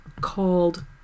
called